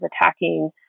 attacking